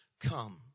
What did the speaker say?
come